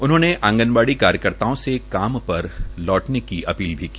उन्होंने आंगनवाड़ी कार्यकर्ताओं को काम पर लौटने की अपील भी की